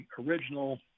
original